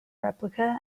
replica